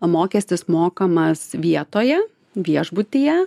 o mokestis mokamas vietoje viešbutyje